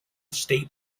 state